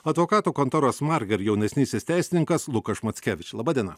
advokatų kontoros margar jaunesnysis teisininkas lukaš mackevič laba diena